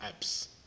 apps